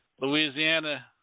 Louisiana